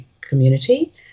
community